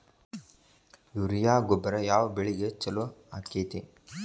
Urea ಗೊಬ್ಬರ ಯಾವ ಬೆಳಿಗೆ ಛಲೋ ಆಕ್ಕೆತಿ?